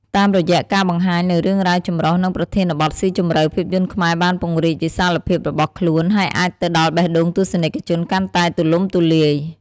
តាមរយៈការបង្ហាញនូវរឿងរ៉ាវចម្រុះ និងប្រធានបទស៊ីជម្រៅ ភាពយន្តខ្មែរបានពង្រីកវិសាលភាពរបស់ខ្លួន ហើយអាចទៅដល់បេះដូងទស្សនិកជនកាន់តែទូលំទូលាយ។